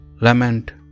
lament